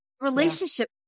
Relationship